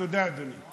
תודה, אדוני.